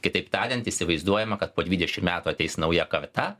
kitaip tariant įsivaizduojama kad po dvidešim metų ateis nauja karta